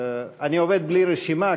אני עובד בלי רשימה,